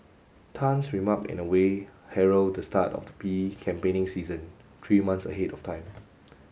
Tan's remark in a way herald the start of the P E campaigning season three months ahead of time